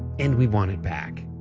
and we want it back.